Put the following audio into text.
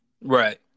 Right